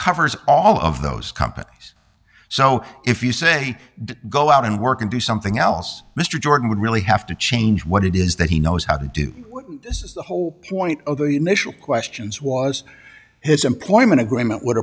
covers all of those companies so if you say go out and work and do something else mr jordan would really have to change what it is that he knows how to do this is the whole point of the initial questions was his employment agreement w